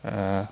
err